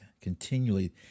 continually